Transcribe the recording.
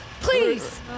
Please